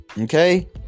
Okay